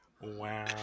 Wow